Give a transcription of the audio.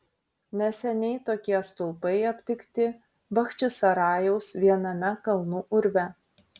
neseniai tokie stulpai aptikti bachčisarajaus viename kalnų urve